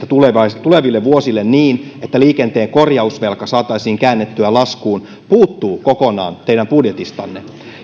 tuleville tuleville vuosille niin että liikenteen korjausvelka saataisiin käännettyä laskuun puuttuu kokonaan teidän budjetistanne